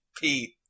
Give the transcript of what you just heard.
Pete